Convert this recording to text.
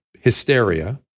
hysteria